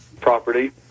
property